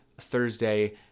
Thursday